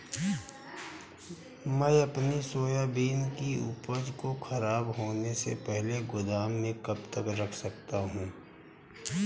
मैं अपनी सोयाबीन की उपज को ख़राब होने से पहले गोदाम में कब तक रख सकता हूँ?